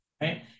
Right